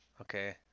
Okay